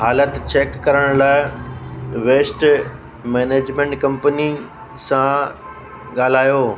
हालति चैक करण लाइ वैस्ट मैनेजमेंट कंपनी सां ॻाल्हायो